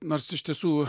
nors iš tiesų